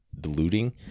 diluting